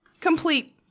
complete